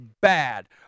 bad